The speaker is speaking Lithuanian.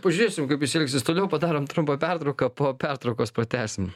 pažiūrėsim kaip jis elgsis toliau padarom trumpą pertrauką po pertraukos pratęsim